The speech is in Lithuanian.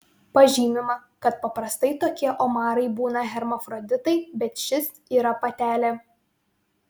pažymima kad paprastai tokie omarai būna hermafroditai bet šis yra patelė